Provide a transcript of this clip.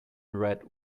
red